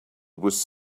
was